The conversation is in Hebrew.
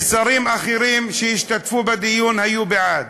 ושרים אחרים שהשתתפו בדיון היו בעד.